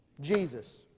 Jesus